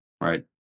right